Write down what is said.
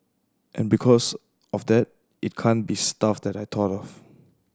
and because of that it can't be stuff that I thought of